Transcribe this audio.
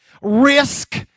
Risk